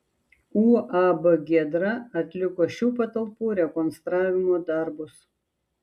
uab giedra atliko šių patalpų rekonstravimo darbus